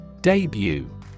DEBUT